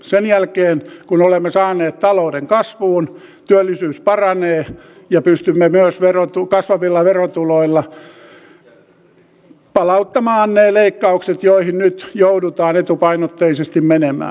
sen jälkeen kun olemme saaneet talouden kasvuun työllisyys paranee ja pystymme myös kasvavilla verotuloilla palauttamaan ne leikkaukset joihin nyt joudutaan etupainotteisesti menemään